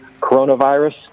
coronavirus